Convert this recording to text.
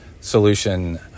Solution